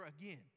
again